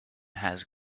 has